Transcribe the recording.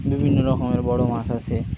বিভিন্ন রকমের বড়ো মাছ আছে